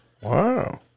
Wow